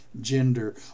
gender